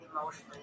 emotionally